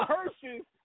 Hershey's